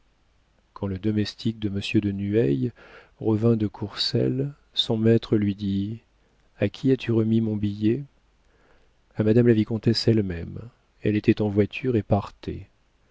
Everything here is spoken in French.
quand le domestique de monsieur de nueil revint de courcelles son maître lui dit a qui as-tu remis mon billet a madame la vicomtesse elle-même elle était en voiture et partait